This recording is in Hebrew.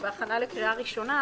בהכנה לקריאה ראשונה.